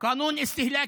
החוק הזה,